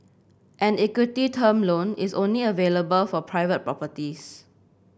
an equity term loan is only available for private properties